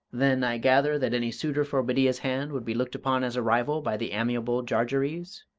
then i gather that any suitor for bedeea's hand would be looked upon as a rival by the amiable jarjarees?